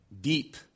deep